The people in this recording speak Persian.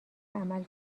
عمل